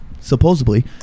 Supposedly